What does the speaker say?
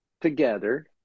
together